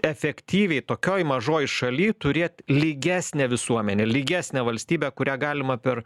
efektyviai tokioj mažoj šaly turėt lygesnę visuomenę lygesnę valstybę kurią galima per